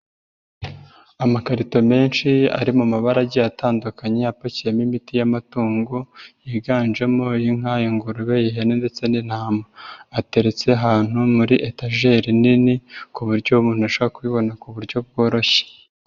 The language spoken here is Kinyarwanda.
Amakarito menshi ari mu mabara agiye atandukanye apakiyemo imiti y'amatungo yiganjemo inka, ingurube, ihene ndetse n'intama, ateretse ahantu muri etajeri nini ku buryo umuntu ashobora kubibona ku buryo bworoshye.